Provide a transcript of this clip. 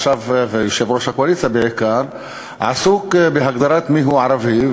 עכשיו יושב-ראש הקואליציה עסוק בעיקר בהגדרת מיהו ערבי.